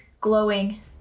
glowing